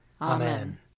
Amen